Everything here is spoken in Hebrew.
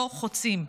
לא חוצים.